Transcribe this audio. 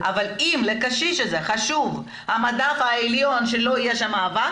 אבל אם לקשיש הזה חשוב המדף העליון שלא יהיה עליו אבק,